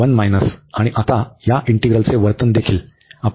तर हे आणि आता या इंटीग्रलचे वर्तन देखील